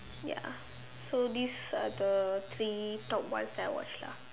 ya so this are the three top ones that I watch lah